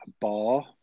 bar